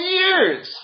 years